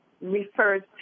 refers